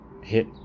hit